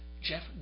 Jeff